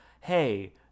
hey